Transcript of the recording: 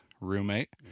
roommate